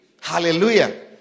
hallelujah